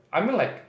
I mean like